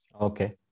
Okay